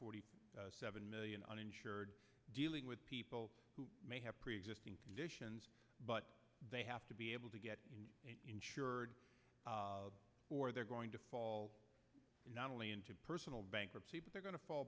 forty seven million uninsured dealing with people who may have preexisting conditions but they have to be able to get insured or they're going to fall not only into personal bankruptcy but they're going to fall